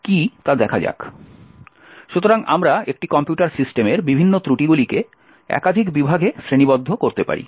সুতরাং আমরা একটি কম্পিউটার সিস্টেমের বিভিন্ন ত্রুটিগুলিকে একাধিক বিভাগে শ্রেণীবদ্ধ করতে পারি